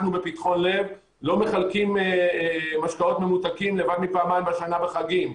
אנחנו בפתחון לב לא מחלקים משקאות ממותקים לבד מפעמיים בשנה בחגים,